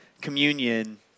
communion